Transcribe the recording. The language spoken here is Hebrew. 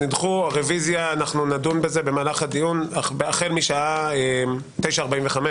רביזיה נדון בזה במהלך הדיון שיהיה, ב-09:45.